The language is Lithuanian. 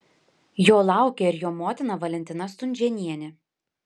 jo laukia ir jo motina valentina stunžėnienė